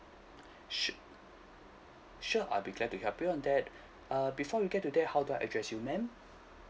su~ sure I'll be glad to help you on that uh before we get to that how do I address you ma'am